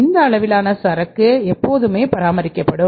அந்த அளவிலான சரக்கு எப்போதுமே பராமரிக்கப்படும்